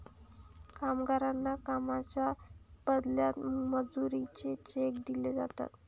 कामगारांना कामाच्या बदल्यात मजुरीचे चेक दिले जातात